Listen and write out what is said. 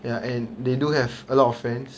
ya and they do have a lot of friends